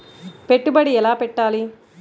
పెట్టుబడి ఎలా పెట్టాలి?